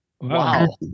Wow